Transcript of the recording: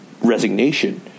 resignation